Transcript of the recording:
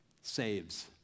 saves